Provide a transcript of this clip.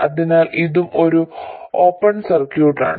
അതിനാൽ ഇതും ഒരു ഓപ്പൺ സർക്യൂട്ട് ആണ്